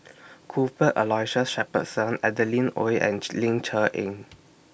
Cuthbert Aloysius Shepherdson Adeline Ooi and Ling Cher Eng